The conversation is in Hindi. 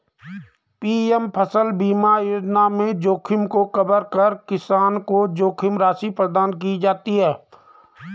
पी.एम फसल बीमा योजना में जोखिम को कवर कर किसान को जोखिम राशि प्रदान की जाती है